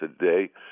today